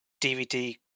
dvd